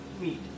meat